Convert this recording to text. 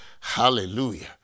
Hallelujah